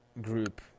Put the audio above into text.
group